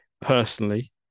personally